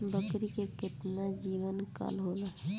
बकरी के केतना जीवन काल होला?